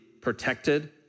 protected